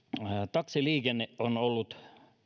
taksiliikenne on ollut